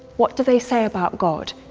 what do they say about god,